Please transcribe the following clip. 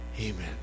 Amen